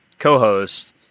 co-host